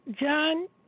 John